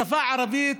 השפה הערבית,